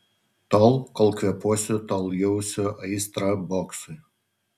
tol kol kvėpuosiu tol jausiu aistrą boksui